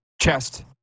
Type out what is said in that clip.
chest